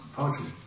poetry